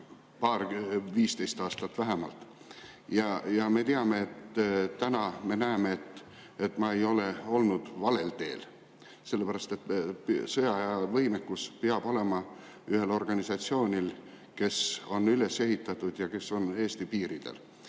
teemat vist 15 aastat vähemalt. Ja me teame, täna me näeme, et ma ei ole olnud valel teel. Sõjaaja võimekus peab olema ühel organisatsioonil, kes on üles ehitatud ja kes on Eesti piiridel.